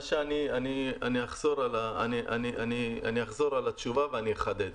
אני אחזור על התשובה ואני אחדד: